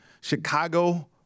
Chicago